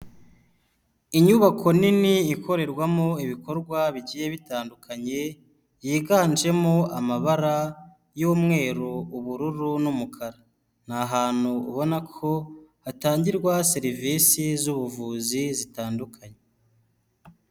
Inyubako nini ikorerwamo ibikorwa bigiye bitandukanye, yiganjemo amabara y'umweru ubururu n'umukara, ni ahantu ubona ko hatangirwa serivisi z'ubuvuzi zitandukanye.